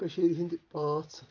کٔشیٖرِ ہِنٛدۍ پانٛژھ